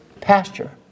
pasture